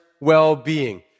well-being